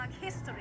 history